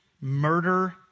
murder